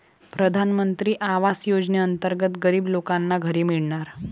प्रधानमंत्री आवास योजनेअंतर्गत गरीब लोकांना घरे मिळणार